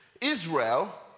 Israel